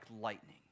lightning